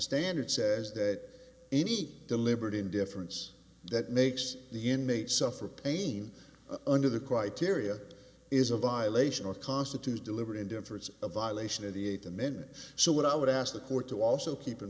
standard says that any deliberate indifference that makes the inmate suffer pain under the criteria is a violation of constitute deliberate indifference a violation of the eighth amendment so what i would ask the court to also keep in